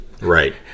Right